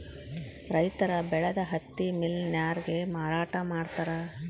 ರೈತರ ಬೆಳದ ಹತ್ತಿ ಮಿಲ್ ನ್ಯಾರಗೆ ಮಾರಾಟಾ ಮಾಡ್ತಾರ